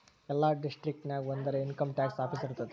ಎಲ್ಲಾ ಡಿಸ್ಟ್ರಿಕ್ಟ್ ನಾಗ್ ಒಂದರೆ ಇನ್ಕಮ್ ಟ್ಯಾಕ್ಸ್ ಆಫೀಸ್ ಇರ್ತುದ್